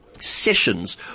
Sessions